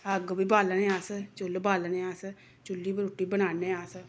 अग्ग बी बालने आं अस चु'ल्ल बालने आं अस चु'ल्ली पर रूट्टी बनाने आं अस